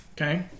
okay